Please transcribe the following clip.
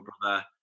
brother